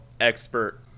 expert